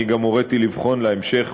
ואני גם הוריתי לבחון בהמשך